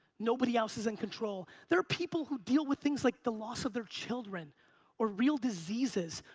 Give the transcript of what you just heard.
nobody else is in control. there are people who deal with things like the loss of their children or real diseases.